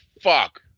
fuck